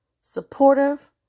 supportive